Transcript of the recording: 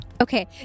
Okay